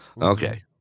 Okay